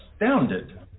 astounded